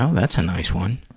um that's a nice one.